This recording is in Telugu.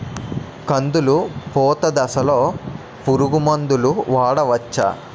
కందులు పూత దశలో పురుగు మందులు వాడవచ్చా?